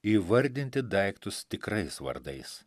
įvardinti daiktus tikrais vardais